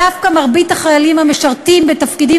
דווקא מרבית החיילים המשרתים בתפקידים